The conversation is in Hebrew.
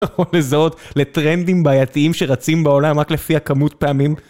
או לזהות לטרנדים בעייתיים שרצים בעולם רק לפי הכמות פעמים.